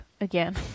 again